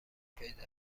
پیدا